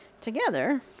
together